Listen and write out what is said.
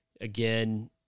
Again